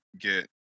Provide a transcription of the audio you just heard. get